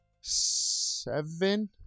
seven